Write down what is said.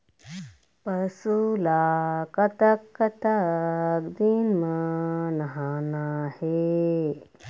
पशु ला कतक कतक दिन म नहाना हे?